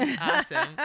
Awesome